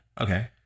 Okay